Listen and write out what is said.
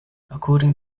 according